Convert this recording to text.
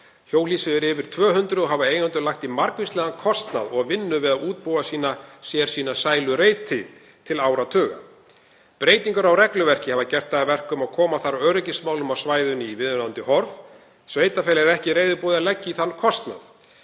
Hjólhýsi eru yfir 200 og hafa eigendur lagt í margvíslegan kostnað og vinnu við að útbúa sér sína sælureiti til áratuga. Breytingar á regluverki hafa gert það að verkum að koma þarf öryggismálum á svæðinu í viðunandi horf. Sveitarfélagið er ekki reiðubúið að leggja í þann kostnað.